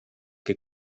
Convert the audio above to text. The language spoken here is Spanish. que